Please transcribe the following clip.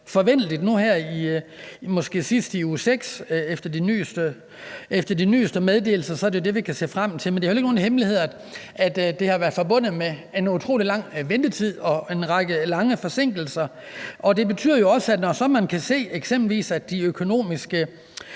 sidst i uge 6. Efter de nyeste meddelelser er det det, vi kan se frem til, men det er ikke nogen hemmelighed, at det har været forbundet med en utrolig lang ventetid og en række store forsinkelser. Når man kan se, at eksempelvis de miljøøkonomiske